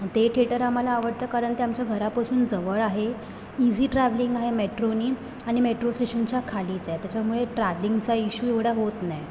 ते थेटर आम्हाला आवडतं कारण ते आमच्या घरापासून जवळ आहे ईझी ट्रॅव्हलिंग आहे मेट्रोने आणि मेट्रो स्टेशनच्या खालीच आहे त्याच्यामुळे ट्रॅव्हलिंगचा इश्यू एवढा होत नाही